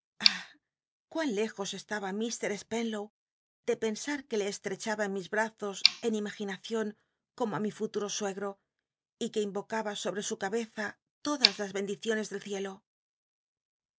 cuán lejos estaba mr spenlow de pensar que le estrechaba en mis brazos en imaginacion como í mi futuro suegro y que invocaba sobre su cabeza todas las bendiciones del cielo